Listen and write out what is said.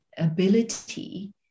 ability